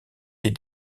les